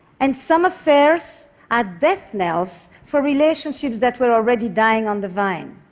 and some affairs are death knells for relationships that were already dying on the vine.